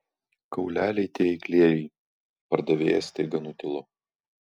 kauleliai tie eiklieji pardavėjas staiga nutilo